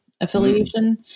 affiliation